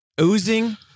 Oozing